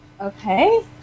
Okay